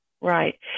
Right